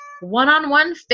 one-on-one